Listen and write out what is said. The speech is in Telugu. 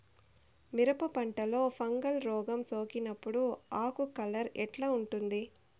మిరప పంటలో ఫంగల్ రోగం సోకినప్పుడు ఆకు కలర్ ఎట్లా ఉంటుంది?